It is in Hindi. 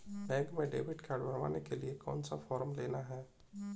बैंक में डेबिट कार्ड बनवाने के लिए कौन सा फॉर्म लेना है?